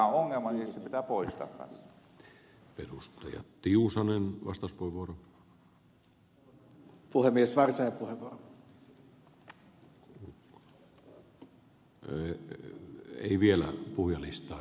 nyt kun tiedetään ongelma niin se pitää poistaa kanssa